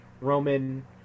roman